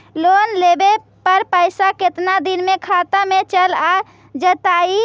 Loan लेब पर पैसा कितना दिन में खाता में चल आ जैताई?